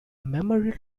memorial